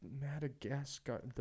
Madagascar